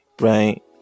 Right